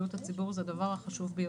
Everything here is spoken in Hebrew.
בריאות הציבור זה הדבר החשוב ביותר.